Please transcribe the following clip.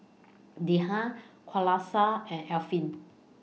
Dhia Qalisha and Alfian